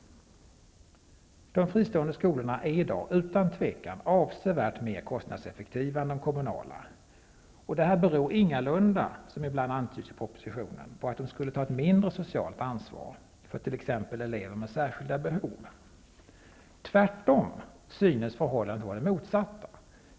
De fristående skolorna är i dag utan tvivel avsevärt mer kostnadseffektiva än de kommunala, och detta beror ingalunda, som ibland antyds i propositionen, på att de skulle ta ett mindre socialt ansvar för t.ex. elever med särskilda behov. Tvärtom synes förhållandet vara det motsatta.